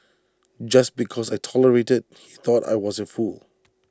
just because I tolerated he thought I was A fool